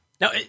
Now